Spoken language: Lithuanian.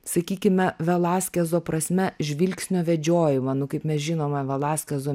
sakykime velaskezo prasme žvilgsnio vedžiojimą nu kaip mes žinome velaskezo